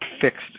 fixed